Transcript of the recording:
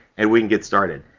and we can get started.